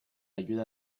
ayuda